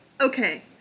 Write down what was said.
okay